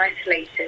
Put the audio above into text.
isolated